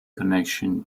connection